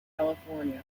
california